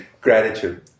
Gratitude